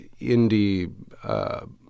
indie